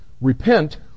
Repent